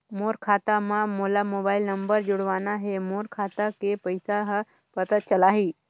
मोर खाता मां मोला मोबाइल नंबर जोड़वाना हे मोर खाता के पइसा ह पता चलाही?